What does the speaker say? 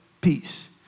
peace